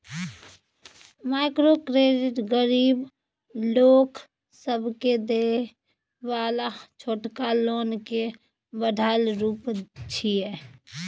micro credit गरीब लोक सबके देय बला छोटका लोन के बढ़ायल रूप छिये